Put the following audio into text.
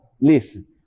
listen